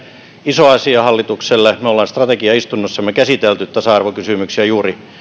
iso asia hallitukselle me olemme strategiaistunnossamme käsitelleet tasa arvokysymyksiä juuri